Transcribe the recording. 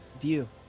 view